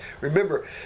Remember